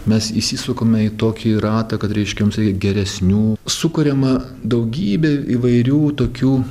mes įsisukame į tokį ratą kad reiškia mums reikia geresnių sukuriama daugybė įvairių tokių